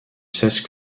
seize